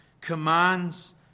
commands